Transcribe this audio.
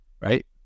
right